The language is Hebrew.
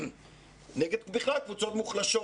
נגד בכלל קבוצות מוחלשות.